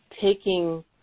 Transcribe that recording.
taking